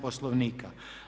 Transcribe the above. Poslovnika.